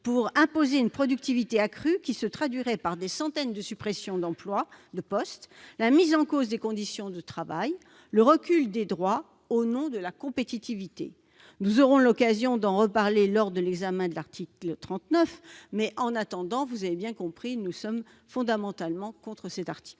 pour imposer une productivité accrue, laquelle se traduirait par des centaines de suppressions d'emplois, la remise en cause des conditions de travail, un recul des droits, et ce au nom de la compétitivité. Nous aurons l'occasion d'en reparler lors de l'examen de l'article 39. Pour l'heure, vous l'avez bien compris, nous sommes fondamentalement contre cet article.